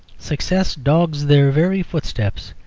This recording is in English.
success dogs their very footsteps.